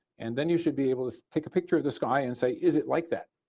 and then you should be able to take a picture the sky and say is it like that.